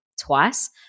twice